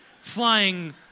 flying